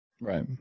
Right